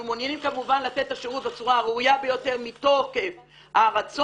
אנחנו מעוניינים כמובן לתת את השירות בצורה הראויה ביותר מתוקף הרצון,